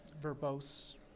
verbose